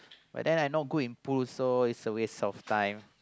but then I not good in pool so it's a waste of time